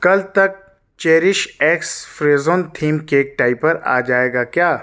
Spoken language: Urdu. کل تک Cherish X Frozen theme cake topper آ جائے گا کیا